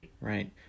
right